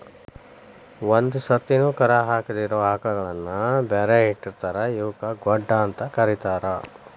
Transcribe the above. ಒಂದ್ ಸರ್ತಿನು ಕರಾ ಹಾಕಿದಿರೋ ಆಕಳಗಳನ್ನ ಬ್ಯಾರೆ ಇಟ್ಟಿರ್ತಾರ ಇವಕ್ಕ್ ಗೊಡ್ಡ ಅಂತ ಕರೇತಾರ